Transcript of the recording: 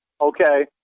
okay